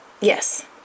Yes